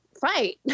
fight